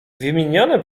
wymienione